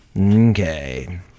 Okay